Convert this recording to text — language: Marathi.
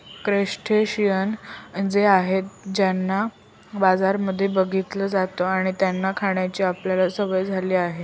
क्रस्टेशियंन्स ते आहेत ज्यांना बाजारांमध्ये बघितलं जात आणि त्यांना खाण्याची आपल्याला सवय झाली आहे